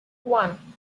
one